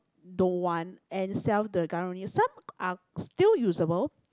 don't want and sell the Karang-Guni some are still useable